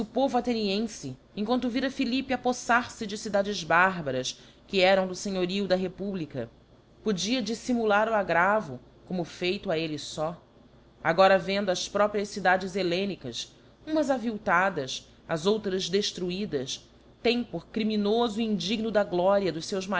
povo athenienfe em quanto vira philippe apoífar fe de cidades barbaras que eram do fenhorio da republica podia diflimular o aggravo como feito a elle fó agora vendo as próprias cidades hellenicas umas aviltadas as outras deílruidas tem por criminofo e indigno da gloria dos feus